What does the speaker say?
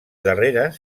darreres